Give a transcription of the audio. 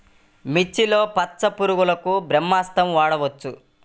మిర్చిలో పచ్చ పురుగునకు బ్రహ్మాస్త్రం వాడవచ్చా?